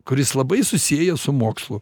kuris labai susieja su mokslu